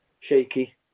Shaky